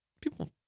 People